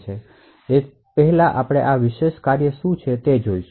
તેથી આપણે પહેલા આ વિશેષ કાર્યો શું છે તે જોશું